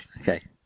Okay